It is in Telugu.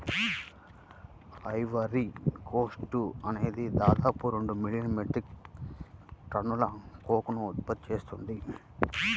ఐవరీ కోస్ట్ అనేది దాదాపు రెండు మిలియన్ మెట్రిక్ టన్నుల కోకోను ఉత్పత్తి చేసింది